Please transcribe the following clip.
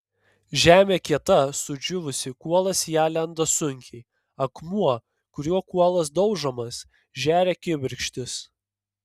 žemė kieta sudžiūvusi kuolas į ją lenda sunkiai akmuo kuriuo kuolas daužomas žeria kibirkštis